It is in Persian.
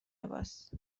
لباس